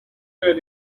were